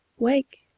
wake!